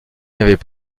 n’avait